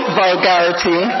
vulgarity